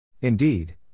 Indeed